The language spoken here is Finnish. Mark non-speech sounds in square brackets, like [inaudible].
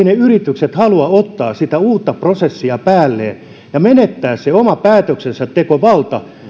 [unintelligible] ne yritykset halua ottaa sitä uutta prosessia päälleen ja menettää sitä omaa päätöksentekovaltaansa